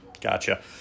Gotcha